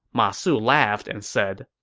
ma su laughed and said,